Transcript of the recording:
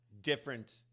different